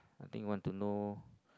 I think want to know